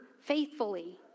faithfully